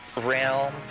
realm